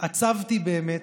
התעצבתי באמת,